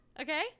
okay